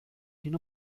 sin